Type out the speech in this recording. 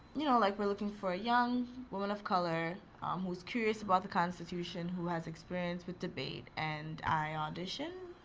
you know, like we're looking for a young woman of color who was curious about the constitution, who has experience with debate. and i auditioned,